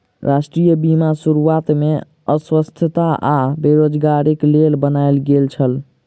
राष्ट्रीय बीमा शुरुआत में अस्वस्थता आ बेरोज़गारीक लेल बनायल गेल छल